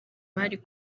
bari